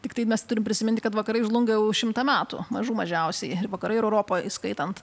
tiktai mes turim prisiminti kad vakarai žlunga jau šimtą metų mažų mažiausiai ir vakarai ir europa įskaitant